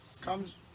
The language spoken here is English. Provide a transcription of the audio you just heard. comes